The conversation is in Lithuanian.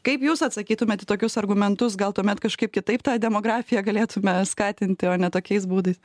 kaip jūs atsakytumėt į tokius argumentus gal tuomet kažkaip kitaip tą demografiją galėtume skatinti o ne tokiais būdais